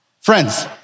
Friends